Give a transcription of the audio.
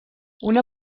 una